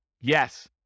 Yes